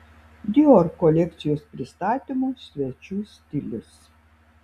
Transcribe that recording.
dior kolekcijos pristatymo svečių stilius